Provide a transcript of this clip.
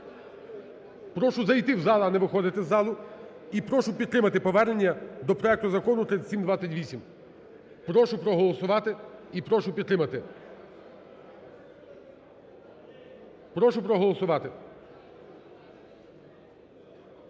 Прошу зайти в зал, а не виходити з залу. І прошу підтримати повернення до проекту закону 3728. Прошу проголосувати і прошу підтримати. Прошу проголосувати.